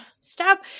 Stop